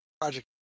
project